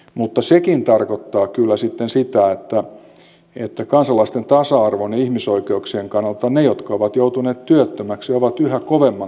mutta sekin tarkoittaa kyllä sitten sitä että kansalaisten tasa arvon ja ihmisoikeuksien kannalta ne jotka ovat joutuneet työttömäksi ovat yhä kovemman